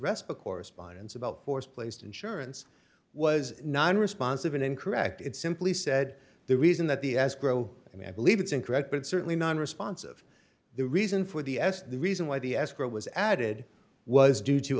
rest of correspondence about force placed insurance was non responsive and in correct it simply said the reason that the as grow i mean i believe it's incorrect but certainly non responsive the reason for the s the reason why the escrow was added was due to